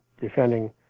defending